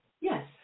Yes